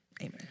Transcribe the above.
amen